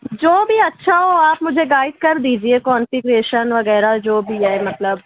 جو بھی اچھا ہو آپ مجھے گائیڈ کر دیجیے کانفگریشن وغیرہ جو بھی ہے مطلب